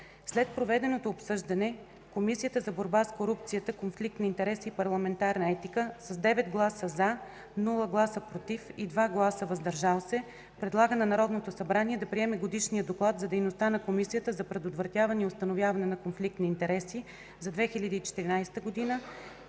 След проведеното обсъждане Комисията за борба с корупцията, конфликт на интереси и парламентарна етика с 9 гласа „за”, без „против” и 2 гласа „въздържали се” предлага на Народното събрание да приеме Годишния доклад за дейността на Комисията за предотвратяване и установяване на конфликт на интереси за 2014 г.,